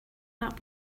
that